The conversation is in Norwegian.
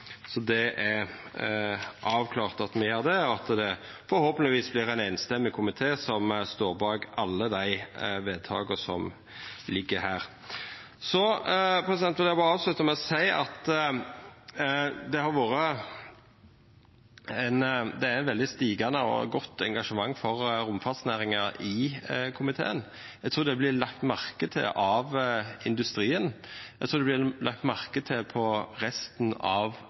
er det avklart at me gjer det, og det vert forhåpentlegvis ein samrøystes komité som står bak alle dei vedtaka som ligg her. Eg vil berre avslutta med å seia at det er veldig stigande og godt engasjement for romfartsnæringa i komiteen. Eg trur det vert lagt merke til av industrien, eg trur det vert lagt merke til av resten av